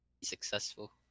successful